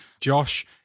Josh